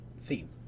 theme